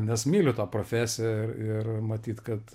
nes myliu tą profesiją ir ir matyt kad